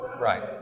Right